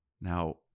Now